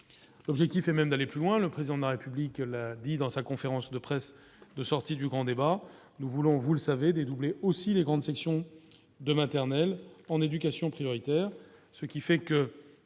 l'objectif est même d'aller plus loin, le président de la République l'a dit dans sa conférence de presse de sortie du grand débat, nous voulons vous le savez. Aussi les grandes sections de maternelle en éducation prioritaire.